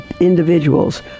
individuals